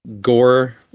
gore